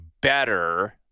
better